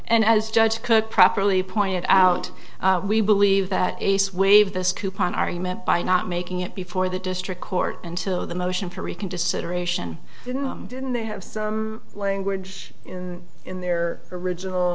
and as judge cook properly pointed out we believe that ace waved us coupon argument by not making it before the district court until the motion for reconsideration didn't they have some language in their original